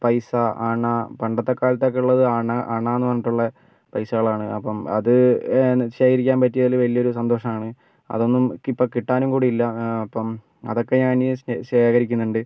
പൈസ അണ പണ്ടത്തെ കാലത്തൊക്കെ ഉള്ളത് അണ അണ എന്ന് പറഞ്ഞിട്ടുള്ളേ പൈസകൾ ആണ് അപ്പം അത് ശേഖരിക്കാൻ പറ്റിയതിൽ വലിയൊരു സന്തോഷമാണ് അതൊന്നും ഇപ്പം കിട്ടാനും കൂടി ഇല്ല അപ്പം അതൊക്കെ ഞാൻ ഇനി ശേഖരിക്കുന്നുണ്ട്